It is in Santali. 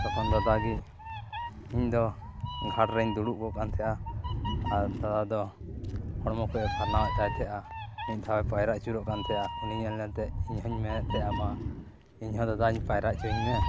ᱛᱚᱠᱷᱚᱱ ᱫᱟᱫᱟ ᱜᱤ ᱤᱧ ᱫᱚ ᱜᱷᱟᱴ ᱨᱮᱧ ᱫᱩᱲᱩᱵ ᱠᱚᱜ ᱠᱟᱱ ᱛᱟᱦᱮᱱᱟ ᱟᱨ ᱫᱟᱫᱟ ᱫᱚ ᱦᱚᱲᱢᱚ ᱠᱚᱭ ᱯᱷᱟᱨᱱᱟᱣ ᱮᱫ ᱛᱟᱦᱮᱱᱟ ᱢᱤᱫ ᱫᱷᱟᱣ ᱮ ᱯᱟᱭᱨᱟ ᱟᱪᱩᱨᱚᱜ ᱠᱟᱱ ᱛᱟᱦᱮᱸᱜᱼᱟ ᱩᱱᱤ ᱧᱮᱞ ᱧᱮᱞ ᱛᱮ ᱤᱧ ᱦᱚᱧ ᱢᱮᱱᱮᱫ ᱛᱟᱦᱮᱱᱟ ᱤᱧ ᱫᱟᱫᱟ ᱯᱟᱭᱨᱟ ᱚᱪᱚ ᱤᱧ ᱢᱮ